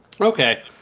Okay